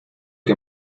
que